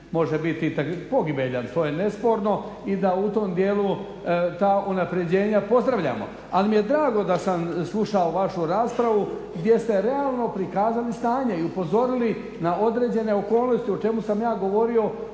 može biti pogibeljan to je nesporno i da u tom dijelu ta unapređenja pozdravljamo. Ali mi je drago da sam slušao vašu raspravu gdje ste realno prikazali stanje i upozorili na određene okolnosti o čemu sam ja govorio